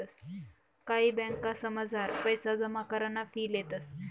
कायी ब्यांकसमझार पैसा जमा कराना फी लेतंस